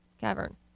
cavern